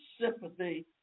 sympathy